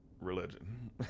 religion